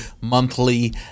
monthly